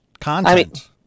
content